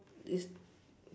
is